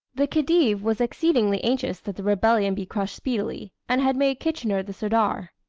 the khedive was exceedingly anxious that the rebellion be crushed speedily, and had made kitchener the sirdar.